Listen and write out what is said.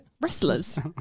Wrestlers